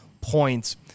points